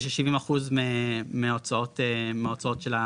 וש-70% מההוצאות שלה